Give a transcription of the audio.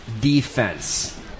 defense